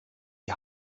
die